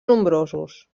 nombrosos